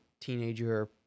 teenager